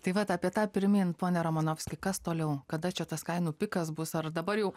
tai vat apie tą pirmyn pone romanovski kas toliau kada čia tas kainų pikas bus ar dabar jau